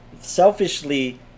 selfishly